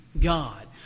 God